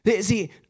See